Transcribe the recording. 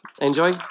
Enjoy